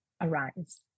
arise